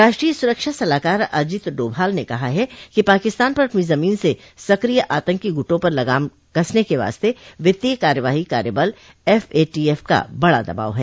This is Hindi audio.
राष्ट्रीय सुरक्षा सलाहकार अजित डोभाल ने कहा है कि पाकिस्तान पर अपनी जमीन से सक्रिय आतंकी गुटों पर लगाम कसने के वास्ते वित्तीय कार्यवाही कार्यबल एफ ए टी एफ का बड़ा दबाव है